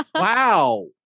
Wow